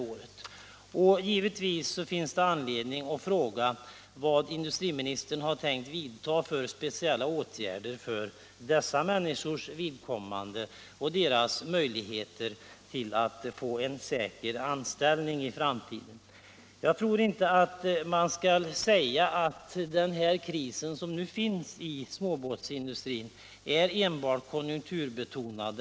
Det finns givetvis anledning att fråga vad industriministern har tänkt vidta för speciella åtgärder för dessa människors vidkommande och för deras möjligheter att få en säker anställning i framtiden. Jag tror inte man kan säga att den kris som nu finns inom småbåtsindustrin enbart är konjunkturbetonad.